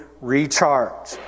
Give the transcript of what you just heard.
recharge